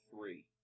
three